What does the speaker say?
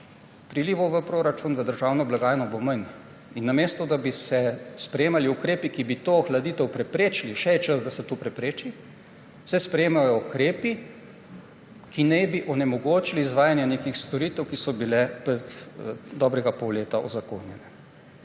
Prilivov v proračun, v državno blagajno bo manj. Namesto da bi se sprejemali ukrepi, ki bi to ohladitev preprečili, še je čas, da se to prepreči, se sprejemajo ukrepi, ki naj bi onemogočili izvajanje nekih storitev, ki so bile pred dobrega pol leta uzakonjene.